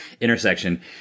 intersection